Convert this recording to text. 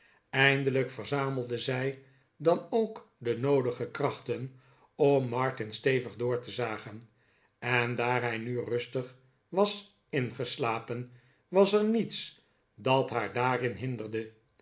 eindelijk verzamelde zij dan ook de noodige krachten om martin stevig door te zagen en daar hij nu rustig was ingeslapen was er niets dat haar daarin hinderde